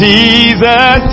Jesus